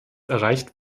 erreicht